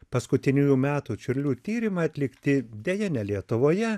paskutiniųjų metų čiurlių tyrimai atlikti deja ne lietuvoje